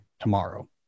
tomorrow